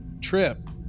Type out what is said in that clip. trip